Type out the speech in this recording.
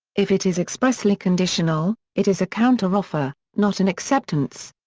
if it is expressly conditional, it is a counteroffer, not an acceptance.